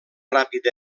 ràpid